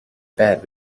bed